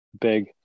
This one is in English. big